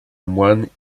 moines